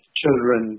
children